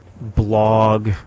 blog